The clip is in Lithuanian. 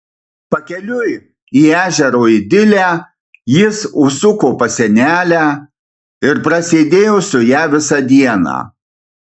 pakeliui į ežero idilę jis užsuko pas senelę ir prasėdėjo su ja visą dieną